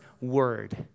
word